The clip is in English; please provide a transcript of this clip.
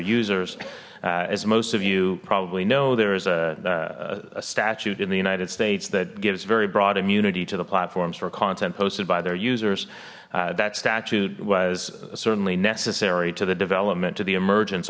users as most of you probably know there is a statute in the united states that gives very broad immunity to the platforms for content posted by their users that statute was certainly necessary to the development to the emergenc